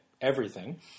everything-